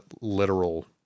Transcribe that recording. literal